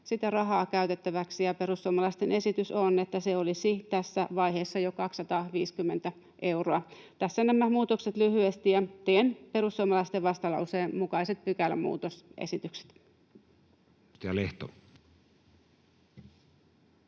sitä rahaa käytettäväksi, ja perussuomalaisten esitys on, että se olisi tässä vaiheessa jo 250 euroa. Tässä nämä muutokset lyhyesti, ja teen perussuomalaisten vastalauseen mukaiset pykälämuutosesitykset.